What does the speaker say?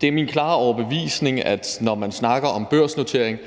Det er min klare overbevisning, at når man snakker om børsnotering,